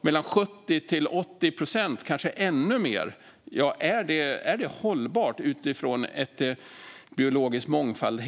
med 70-80 procent, är det då hållbart utifrån perspektivet biologisk mångfald?